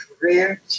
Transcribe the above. Career